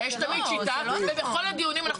יש תמיד שיטה ובכל הדיונים אנחנו